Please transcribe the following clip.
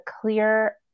clear